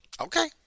Okay